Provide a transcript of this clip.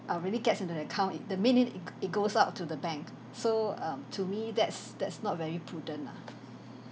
uh really gets into the account in the minute it g~ goes out to the bank so um to me that's that's not very prudent lah